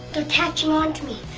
they're catching on to me.